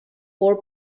poor